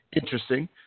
interesting